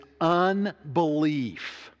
unbelief